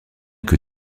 que